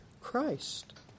Christ